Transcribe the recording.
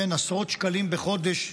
עשרות שקלים בחודש,